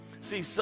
see